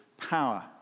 power